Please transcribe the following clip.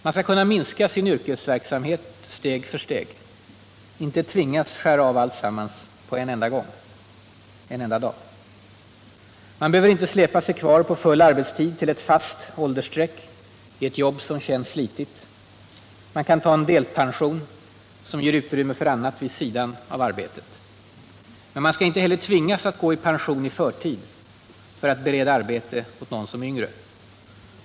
Man skall kunna minska sin yrkesverksamhet, steg för steg, inte tvingas skära av alltsammans på en enda dag. Man behöver inte släpa på full arbetstid till ett fast åldersstreck i ett jobb som känns slitigt. Man kan ta en delpension, som ger utrymme för annat vid sidan av arbetet. Men man skall inte heller tvingas att gå i pension i förtid för att bereda arbete åt någon som är yngre.